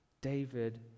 David